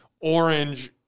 orange